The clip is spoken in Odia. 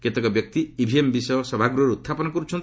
କେତେକ ବ୍ୟକ୍ତି ଇଭିଏମ୍ ବିଷୟ ସଭାଗୃହରେ ଉହ୍ରାପନ କରୁଛନ୍ତି